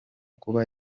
kuba